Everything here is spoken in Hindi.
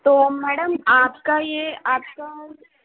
तो मैडम आपका यह आपका